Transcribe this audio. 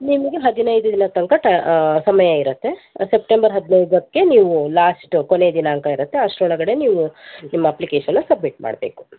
ನಿಮಗೆ ಹದಿನೈದು ದಿನದ ತನಕ ಸಮಯ ಇರುತ್ತೆ ಸೆಪ್ಟೆಂಬರ್ ಹದ್ನೈದಕ್ಕೆ ನೀವು ಲಾಸ್ಟ್ ಕೊನೆ ದಿನಾಂಕ ಇರತ್ತೆ ಅಷ್ಟರೊಳಗಡೆ ನೀವು ನಿಮ್ಮ ಅಪ್ಲಿಕೇಷನ್ನ ಸಬ್ಮಿಟ್ ಮಾಡ್ಬೇಕು